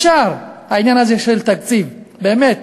אפשר, העניין הזה של תקציב, באמת,